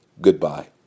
Goodbye